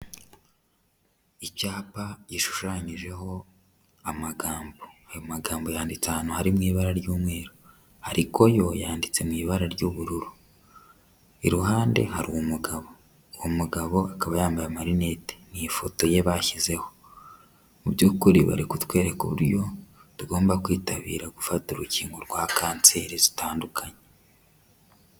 Icyapa gishushanyijeho amagambo. Ayo magambo yanditse ahantu hari mu ibara ry'umweru ariko yo yanditse mu ibara ry'ubururu, iruhande hari umugabo, uwo mugabo akaba yambaye amarinete, ni ifoto ye bashyizeho mu by'ukuri bari kutwereka uburyo tugomba kwitabira gufata urukingo rwa kanseri zitandukanye.